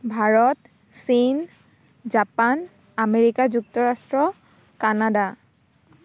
ভাৰত চীন Japan America যুক্তৰাষ্ট্ৰ Canada